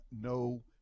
no